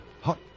hot